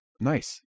Nice